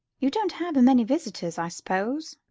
you don't have a many visitors, i s'pose.